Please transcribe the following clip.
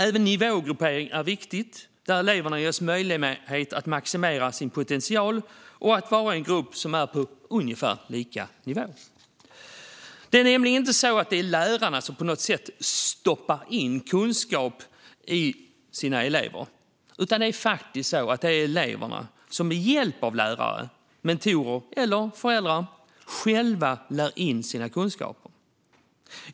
Även nivågruppering, där elever ges möjlighet att maximera sin potential och vara i en grupp på ungefär samma nivå, är viktigt. Det är inte så att lärarna på något sätt stoppar in kunskaperna i sina elever, utan det är faktiskt eleverna - med hjälp av lärare, mentorer eller föräldrar - som själva lär in sina kunskaper.